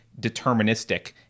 deterministic